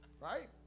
Right